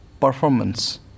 performance